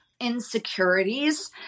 insecurities